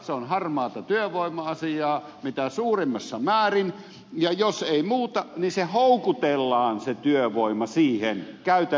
se on harmaata työvoima asiaa mitä suurimmassa määrin ja jos ei muuta niin se houkutellaan se työvoima siihen käytännön tasolla